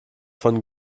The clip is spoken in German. von